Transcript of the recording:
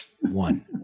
one